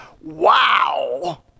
wow